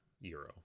euro